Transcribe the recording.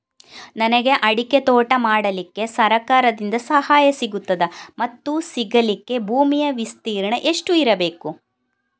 ನನಗೆ ಅಡಿಕೆ ತೋಟ ಮಾಡಲಿಕ್ಕೆ ಸರಕಾರದಿಂದ ಸಹಾಯ ಸಿಗುತ್ತದಾ ಮತ್ತು ಸಿಗಲಿಕ್ಕೆ ಭೂಮಿಯ ವಿಸ್ತೀರ್ಣ ಎಷ್ಟು ಇರಬೇಕು?